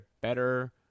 better